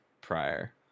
prior